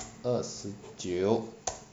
二十九